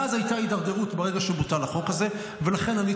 מאז הייתה הידרדרות ברגע שבוטל החוק הזה.